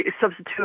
substitute